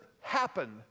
happen